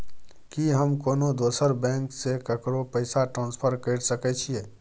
की हम कोनो दोसर बैंक से केकरो पैसा ट्रांसफर कैर सकय छियै?